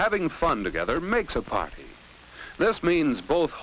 having fun together makes a party this means both